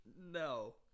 No